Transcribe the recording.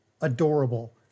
adorable